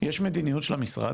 יש מדיניות של המשרד,